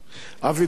אבי דיכטר